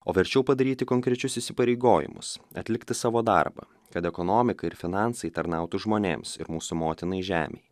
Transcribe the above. o verčiau padaryti konkrečius įsipareigojimus atlikti savo darbą kad ekonomika ir finansai tarnautų žmonėms ir mūsų motinai žemei